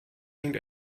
hängt